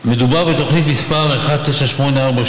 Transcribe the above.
מדובר בתוכנית מס' ג/19846,